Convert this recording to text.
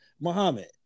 Muhammad